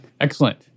Excellent